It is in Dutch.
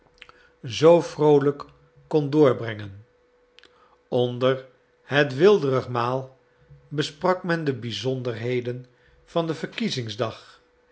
zoo vroolijk kon doorbrengen onder het weelderig maal besprak men de bizonderheden van den verkiezingsdag